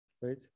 Right